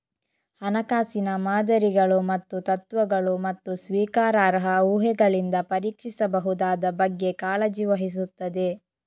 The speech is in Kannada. ಹಣಕಾಸಿನ ಮಾದರಿಗಳು ಮತ್ತು ತತ್ವಗಳು, ಮತ್ತು ಸ್ವೀಕಾರಾರ್ಹ ಊಹೆಗಳಿಂದ ಪರೀಕ್ಷಿಸಬಹುದಾದ ಬಗ್ಗೆ ಕಾಳಜಿ ವಹಿಸುತ್ತದೆ